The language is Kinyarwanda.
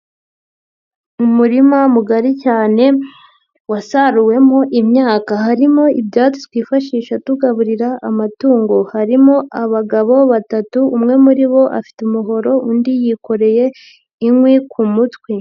Umurima mugari cyane wasaruwemo imyaka. Harimo ibyatsi twifashisha tugaburira amatungo. Harimo abagabo batatu umwe muri bo afite umuhoro undi yikoreye inkwi ku mutwe.